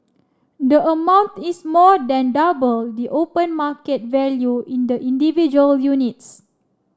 the amount is more than double the open market value in the individual units